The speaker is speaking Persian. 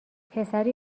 پسری